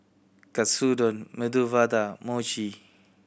Katsudon Medu Vada Mochi